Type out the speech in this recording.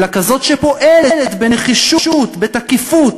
אלא כזאת שפועלת בנחישות, בתקיפות